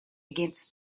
against